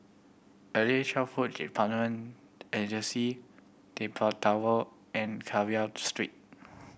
Early Childhood Development Agency Keppel Tower and Carver Street